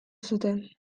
zuten